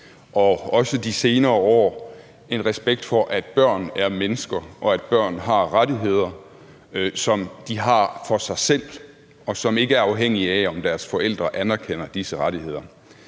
og også de senere år en respekt for, at børn er mennesker, og at børn har rettigheder, som de har for sig selv, og som ikke er afhængige af, om deres forældre anerkender disse rettigheder.